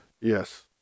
Yes